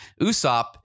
Usopp